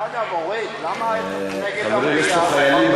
כבר אלף ימים שחורים,